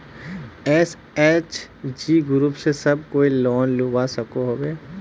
SHG group से सब कोई लोन लुबा सकोहो होबे?